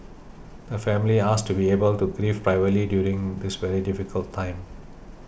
the family asks to be able to grieve privately during this very difficult time